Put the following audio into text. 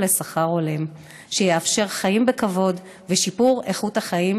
גם לשכר הולם שיאפשר חיים בכבוד ושיפור איכות החיים